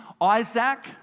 Isaac